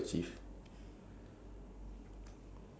okay this one is personal so